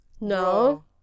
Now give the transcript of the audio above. No